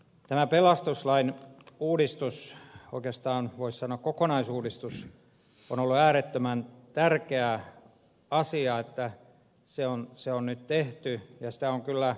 tämä pelastuslain uudistus oikeastaan voisi sanoa kokonaisuudistus on ollut äärettömän tärkeä asia että se on nyt tehty ja sitä on kyllä odotettu